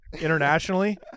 internationally